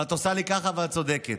את עושה לי ככה ואת צודקת,